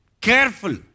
careful